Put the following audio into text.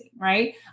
right